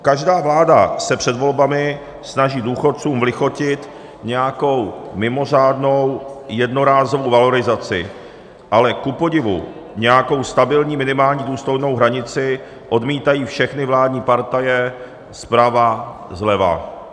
Každá vláda se před volbami snaží důchodcům vlichotit nějakou mimořádnou jednorázovou valorizací, ale kupodivu nějakou stabilní důstojnou hranici odmítají všechny vládní partaje zprava zleva.